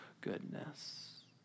goodness